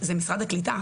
איפה משרד הקליטה?